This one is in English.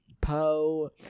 Poe